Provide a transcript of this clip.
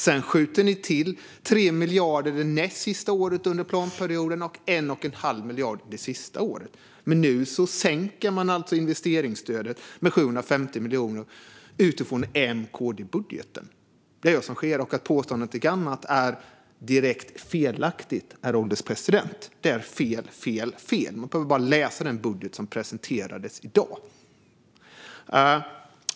Sedan skjuter ni till 3 miljarder det näst sista året under planperioden och 1 1⁄2 miljard det sista året, men nu sänker ni alltså investeringsstödet med 750 miljoner utifrån M-KD-budgeten. Detta är vad som sker - att påstå någonting annat är direkt felaktigt, herr ålderspresident. Det är fel, fel, fel. Man behöver bara läsa den budget som presenterades i dag.